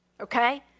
okay